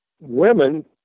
Women